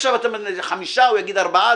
חמישה הוא יגיד ארבעה,